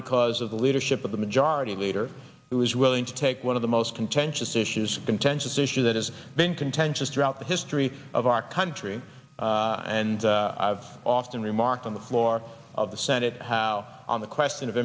because of the leadership of the majority leader who is willing to take one of the most contentious issues contentious issue that has been contentious throughout the history of our country and i've often remarked on the floor of the senate how on the question of